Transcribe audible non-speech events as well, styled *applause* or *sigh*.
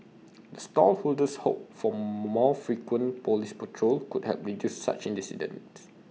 stall holders hope for more frequent Police patrol could help reduce such *unintelligible*